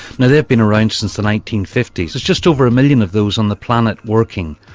now they've been around since the nineteen fifty s, there's just over a million of those on the planet working.